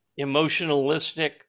emotionalistic